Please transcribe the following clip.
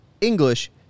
English